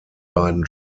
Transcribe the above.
beiden